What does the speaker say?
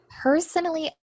Personally